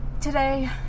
Today